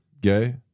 gay